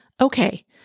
Okay